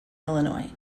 illinois